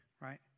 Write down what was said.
right